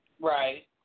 Right